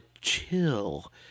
chill